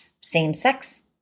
same-sex